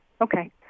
Okay